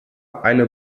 eine